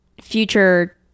future